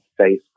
Facebook